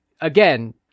again